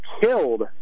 killed